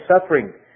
suffering